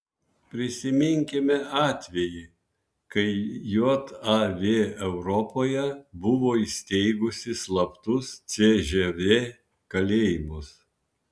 prisiminkime atvejį kai jav europoje buvo įsteigusi slaptus cžv kalėjimus